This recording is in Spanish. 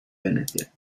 venecia